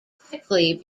quickly